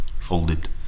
folded